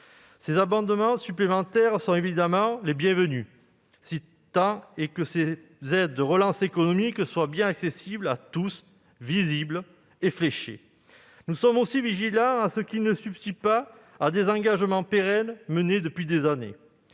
Ces abondements supplémentaires sont évidemment les bienvenus, si tant est que ces aides de relance économique soient bien accessibles à tous, visibles et fléchées. Nous sommes aussi vigilants à ce qu'elles ne se substituent pas à des engagements pérennes menés depuis des années.